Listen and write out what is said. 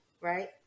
right